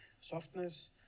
softness